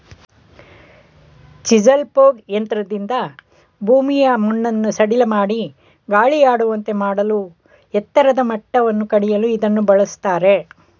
chisel plough ಯಂತ್ರದಿಂದ ಭೂಮಿಯ ಮಣ್ಣನ್ನು ಸಡಿಲಮಾಡಿ ಗಾಳಿಯಾಡುವಂತೆ ಮಾಡಲೂ ಎತ್ತರದ ಮಟ್ಟವನ್ನು ಕಡಿಯಲು ಇದನ್ನು ಬಳ್ಸತ್ತರೆ